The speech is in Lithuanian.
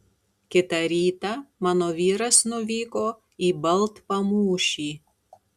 kitą rytą mano vyras nuvyko į baltpamūšį